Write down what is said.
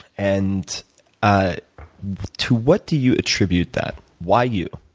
and ah to what do you attribute that? why you?